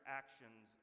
actions